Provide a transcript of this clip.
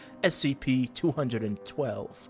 SCP-212